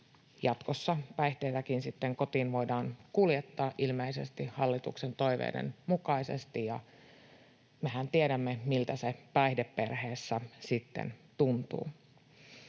jatkossa päihteitäkin sitten kotiin voidaan ilmeisesti kuljettaa hallituksen toiveiden mukaisesti, ja mehän tiedämme, miltä se päihdeperheessä tuntuu.